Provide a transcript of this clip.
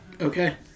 Okay